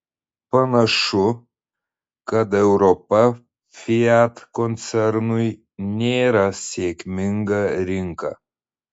panašu kad europa fiat koncernui nėra sėkminga rinka